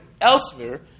elsewhere